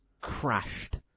crashed